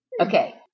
Okay